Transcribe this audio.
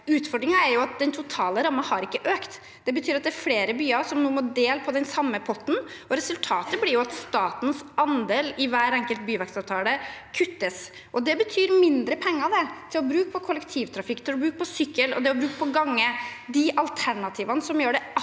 Utfordringen er at den totale rammen ikke har økt. Det betyr at det er flere byer som nå må dele på den samme potten, og resultatet blir at statens andel i hver enkelt byvekstavtale kuttes. Det betyr mindre penger til kollektivtrafikk og til sykkel og gange – alternativene som gjør det attraktivt